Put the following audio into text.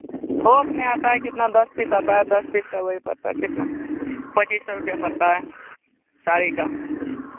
थोक मे आता है कितना दस पीस आता है दस पीस का वही पड़ता है कितना पच्चीस सौ रुपैया पड़ता है साड़ी का